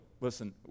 Listen